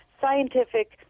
scientific